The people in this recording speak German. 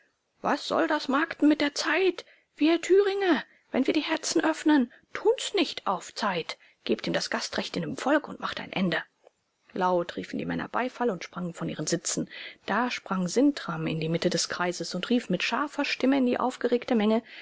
was soll das markten mit der zeit wir thüringe wenn wir die herzen öffnen tun's nicht auf zeit gebt ihm das gastrecht in dem volk und macht ein ende laut riefen die männer beifall und sprangen von ihren sitzen da sprang sintram in die mitte des kreises und rief mit scharfer stimme in die aufgeregte menge